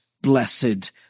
blessed